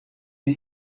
wir